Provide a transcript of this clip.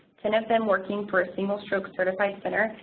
ten of them working for a single stroke certified center,